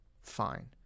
fine